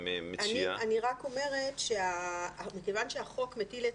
אני רק אומרת שמכיוון שהחוק מטיל את